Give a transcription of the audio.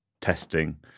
testing